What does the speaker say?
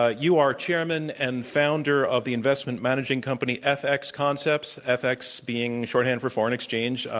ah you are chairman and founder of the investment managing company, fx concepts, fx being shorthand for foreign exchange.